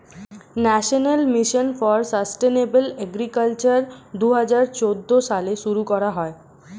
national mission for sustainable agriculture দুহাজার চৌদ্দ সালে শুরু করা হয়